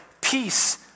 peace